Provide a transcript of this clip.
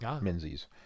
Menzies